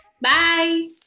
Bye